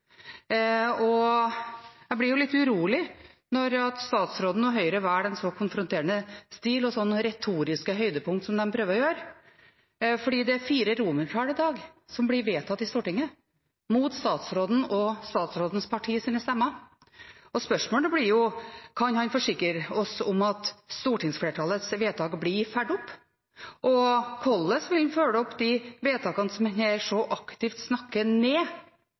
Jeg blir litt urolig når statsråden og Høyre velger en så konfronterende stil og slike retoriske høydepunkt som de prøver å gjøre, for det er fire romertall som blir vedtatt i Stortinget i dag, mot statsråden og statsrådens partis stemmer. Spørsmålet blir: Kan han forsikre oss om at stortingsflertallets vedtak blir fulgt opp? Og hvordan vil han følge opp de vedtakene som han her så aktivt snakker ned